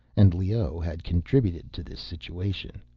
and leoh had contributed to this situation.